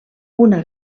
una